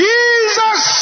Jesus